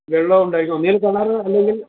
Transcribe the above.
വെള്ളമുണ്ടായിരിക്കണം ഒന്നുകിൽ കിണർ അല്ലെങ്കിൽ